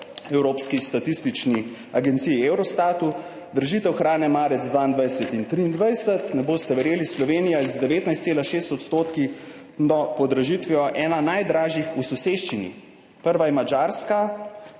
evropski statistični agenciji Eurostatu, dražitev hrane, marec 22. in 23., ne boste verjeli, Slovenija je z 19,6 odstotki do podražitvijo ena najdražjih v soseščini. Prva je Madžarska,